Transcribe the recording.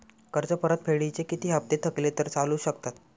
कर्ज परतफेडीचे किती हप्ते थकले तर चालू शकतात?